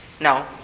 No